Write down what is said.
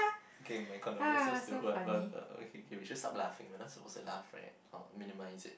okay my condolences to whoever is the okay okay we should stop laughing we're not suppose to laugh right or minimize it